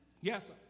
Yes